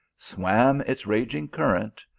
swam its raging current,